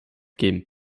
geben